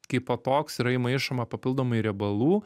kaipo toks yra įmaišoma papildomai riebalų